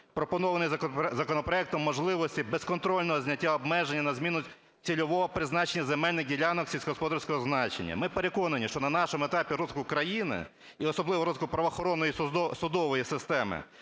пропонованими законопроектом можливостей безконтрольного зняття обмеження на зміну цільового призначення земельних ділянок сільськогосподарського значення. Ми переконані, що на нашому етапі розвитку країни, і особливо розвитку правоохоронної судової системи,